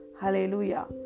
Hallelujah